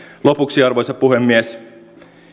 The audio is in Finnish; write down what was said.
lopuksi arvoisa puhemies